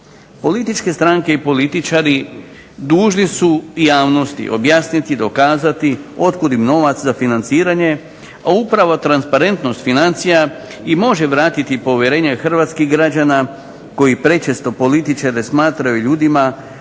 Političke stranke i političari dužni su javnosti objasniti, dokazati otkud im novac za financiranje a upravo transparentnost financija može vratiti povjerenje Hrvatskih građana koji prečesto političare smatraju ljudima